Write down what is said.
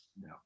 No